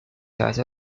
辖下